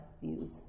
views